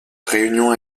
réunion